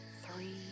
three